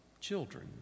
children